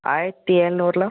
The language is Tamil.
ஆயிரத்தி ஏழுநூறுலாம்